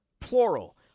plural